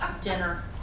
dinner